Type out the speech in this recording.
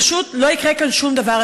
פשוט לא יקרה כאן שום דבר.